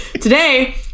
Today